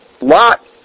Lot